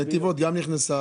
גם נתיבות נכנסה.